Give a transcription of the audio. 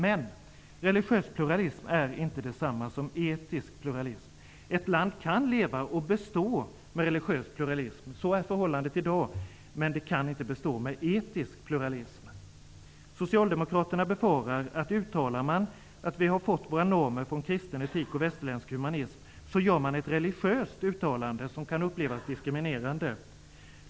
Men religiös pluralism är inte detsamma som etisk pluralism. Ett land kan leva och bestå med religiös pluralism -- så är förhållandet i dag -- men inte med etisk pluralism. Socialdemokraterna befarar att uttalar man att vi fått våra normer från kristen etik och västerländsk humanism, gör man ett religiöst uttalande, som kan upplevas diskriminerande.